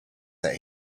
that